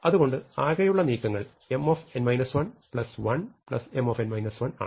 അതുകൊണ്ടു ആകെയുള്ള നീക്കങ്ങൾ M 1 M ആണ്